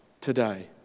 today